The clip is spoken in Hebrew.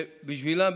שבשבילם